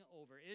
over